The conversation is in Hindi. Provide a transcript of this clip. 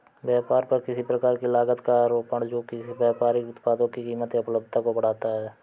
व्यापार पर किसी प्रकार की लागत का आरोपण जो कि व्यापारिक उत्पादों की कीमत या उपलब्धता को बढ़ाता है